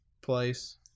place